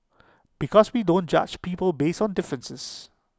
because we don't judge people based on differences